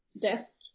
desk